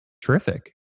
Terrific